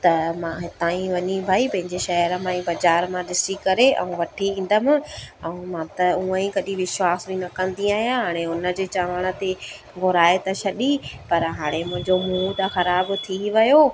त मां हितांईं वञी भाई पंहिंजे शहर मां ई बज़ार मां ॾिसी करे ऐं वठी ईंदमि ऐं मां त हुंअ ई कॾहिं विश्वास बि न कंदी आहियां हाणे हुन जे चवण ते घुराए त छॾी पर हाणे मुंहिंजो मूड आहे ख़राबु थी वियो